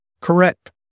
Correct